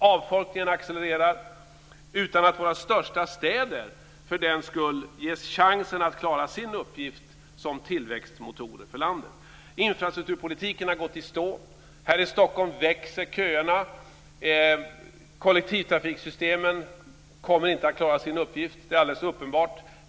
Avfolkningen accelererar utan att våra största städer ges chansen att klara sin uppgift som tillväxtmotorer för landet. Infrastrukturpolitiken har gått i stå. Här i Stockholm växer köerna. Kollektivtrafiksystemen kommer inte att klara sin uppgift. Det är alldeles uppenbart.